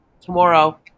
tomorrow